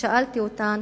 וכששאלתי אותן,